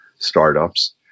startups